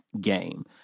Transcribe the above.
game